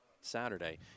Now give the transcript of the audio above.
Saturday